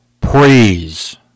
praise